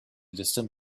distant